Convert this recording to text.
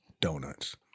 Donuts